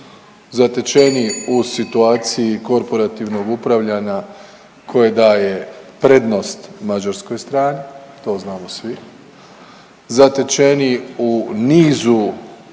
Zatečeni u situaciji korporativnog upravljanja koje daje prednost mađarskoj strani to znamo svi. Zatečeni u nizu